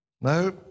No